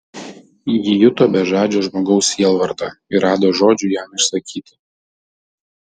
ji juto bežadžio žmogaus sielvartą ir rado žodžių jam išsakyti